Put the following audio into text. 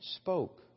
spoke